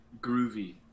groovy